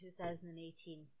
2018